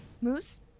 moose